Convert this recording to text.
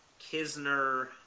Kisner